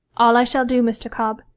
all i shall do, mr. cobb,